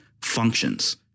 functions